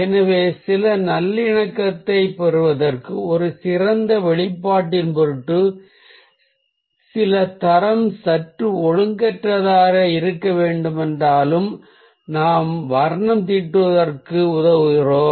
எனவே சில நல்லிணக்கத்தைப் பெறுவதற்கு அல்லது ஒரு சிறந்த வெளிப்பாட்டின் பொருட்டு சில தரம் சற்று ஒழுங்கற்றதாக இருக்க வேண்டுமென்றாலும் வண்ணத்தின் உதவியை எடுத்துக்கொள்கிறோம்